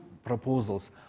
proposals